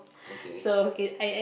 okay